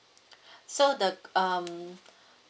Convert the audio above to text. so the um